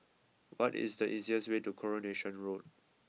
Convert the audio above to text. what is the easiest way to Coronation Road